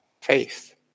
faith